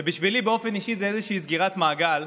ובשבילי באופן אישי זו איזושהי סגירת מעגל,